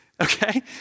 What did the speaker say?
Okay